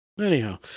Anyhow